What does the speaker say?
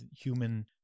human